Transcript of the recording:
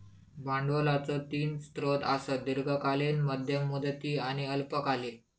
भांडवलाचो तीन स्रोत आसत, दीर्घकालीन, मध्यम मुदती आणि अल्पकालीन